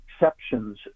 exceptions